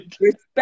respect